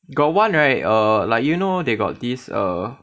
got one right err like you know they got this err